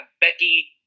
Becky